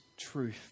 truth